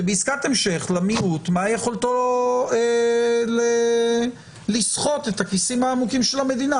כי בעסקת המשך למיעוט מה יכולתו לסחוט את הכיסים של המדינה?